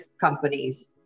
companies